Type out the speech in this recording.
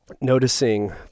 noticing